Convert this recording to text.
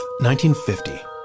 1950